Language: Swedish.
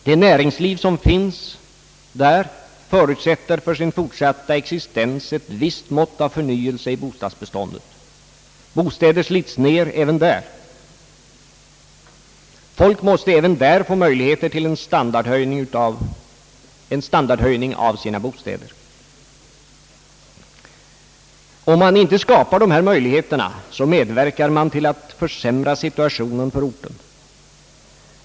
Det näringsliv som finns där förutsätter för sin fortsatta existens ett visst mått av förnyelse i bostadsbeståndet. Bostäder slits ned även där, och folk måste också där få möjlighet till en standardhöjning av sina bostäder. Om man inte skapar dessa möjligheter medverkar man till att försämra situationen för orten.